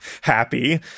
happy